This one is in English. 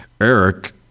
Eric